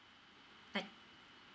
right